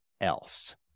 else